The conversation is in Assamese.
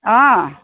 অঁ